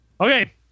Okay